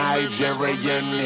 Nigerian